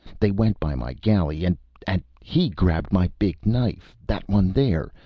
they went by my galley and and he grabbed my big knife, that one there.